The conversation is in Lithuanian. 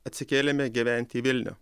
atsikėlėme gyvent į vilnių